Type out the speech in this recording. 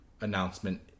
announcement